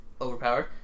Overpowered